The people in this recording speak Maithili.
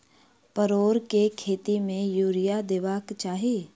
परोर केँ खेत मे यूरिया देबाक चही?